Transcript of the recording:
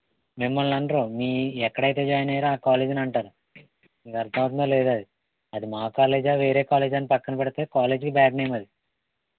మిమ్మల్ని అనరు మీరు ఎక్కడ అయితే జాయిన అయ్యారో ఆ కాలేజీని అంటారు నీకు అర్ధం అవుతుందా లేదా అది మా కాలేజా వేరే కాలేజా అని పక్కన పెడితే కాలేజీకి బ్యాడ్ నేమ్ అది